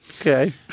Okay